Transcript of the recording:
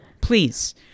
please